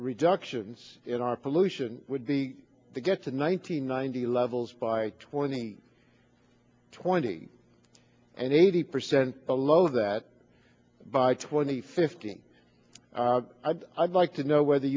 reductions in our pollution would be to get to nine hundred ninety levels by twenty twenty and eighty percent below that by twenty fifteen i'd i'd like to know whether